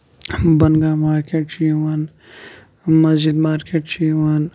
بۄن گام مارکیٹ چھُ یِوان مسجِد مارکیٹ چھُ یِوان